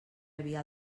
havia